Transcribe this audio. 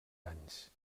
anys